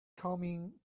coming